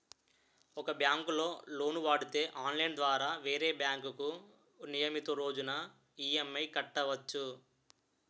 ఒక బ్యాంకులో లోను వాడితే ఆన్లైన్ ద్వారా వేరే బ్యాంకుకు నియమితు రోజున ఈ.ఎం.ఐ కట్టవచ్చు